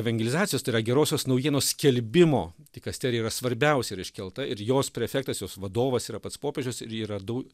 evangelizacijos tai yra gerosios naujienos skelbimo dikasterija yra svarbiausia iškelta ir jos prefektas jos vadovas yra pats popiežius ir yra du